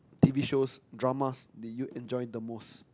T_V shows dramas do you enjoy the most